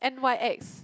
n_y_x